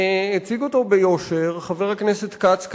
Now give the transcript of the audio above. הציג אותו ביושר חבר הכנסת כץ,